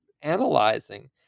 analyzing